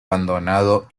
abandonado